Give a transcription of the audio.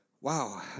wow